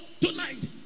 tonight